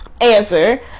answer